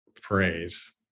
praise